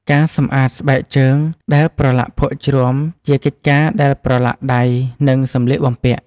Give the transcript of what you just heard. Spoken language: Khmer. ការសម្អាតស្បែកជើងដែលប្រឡាក់ភក់ជ្រាំ ជាកិច្ចការដែលប្រឡាក់ដៃ និងសម្លៀកបំពាក់។